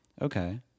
Okay